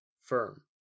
firm